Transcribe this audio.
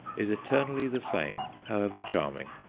is eternally the same, however charming.